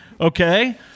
Okay